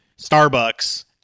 Starbucks